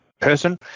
person